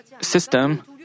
system